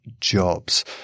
jobs